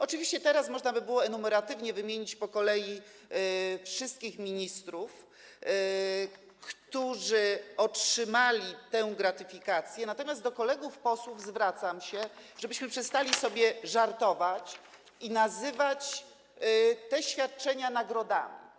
Oczywiście teraz można by było enumeratywnie wymienić, po kolei, wszystkich ministrów, którzy otrzymali tę gratyfikację, natomiast do kolegów posłów zwracam się, żebyśmy przestali sobie żartować i nazywać te świadczenia nagrodami.